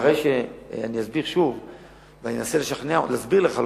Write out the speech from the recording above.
אחרי שאני אסביר שוב ואני אנסה להסביר לך,